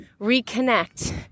reconnect